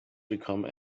become